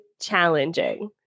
challenging